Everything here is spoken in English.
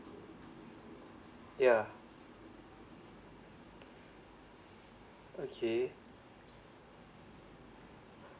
ya okay